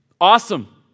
awesome